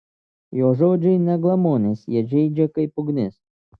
jo žodžiai ne glamonės jie žeidžia kaip ugnis